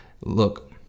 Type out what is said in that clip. look